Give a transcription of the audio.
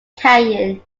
canyon